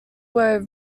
were